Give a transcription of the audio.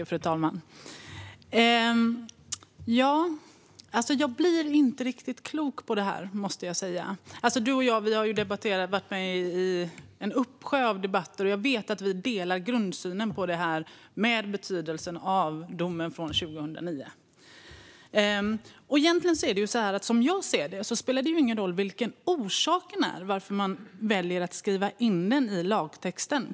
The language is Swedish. Fru talman! Jag blir inte riktigt klok på detta, måste jag säga. Du och jag har ju varit med i en uppsjö av debatter, Bengt Eliasson, och jag vet att vi delar grundsynen på betydelsen av domen från 2009. Som jag ser det spelar det ingen roll vilken orsaken är till att man väljer att skriva in den i lagtexten.